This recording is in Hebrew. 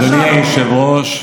אדוני היושב-ראש,